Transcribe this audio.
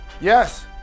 Yes